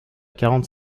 quarante